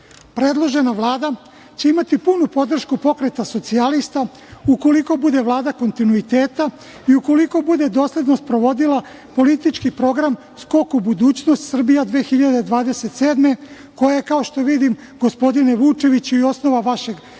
odnosa. Predložena Vlada će imati punu Pokreta socijalista ukoliko bude Vlada kontinuiteta i ukoliko bude dosledno sprovodila politički program „Skok u budućnost – Srbija 2027“ koji, kao što vidim, gospodine Vučeviću, je i osnova vašeg ekpozea,